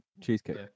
cheesecake